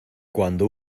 cuando